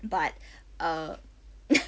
but err